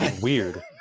Weird